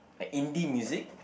Indie music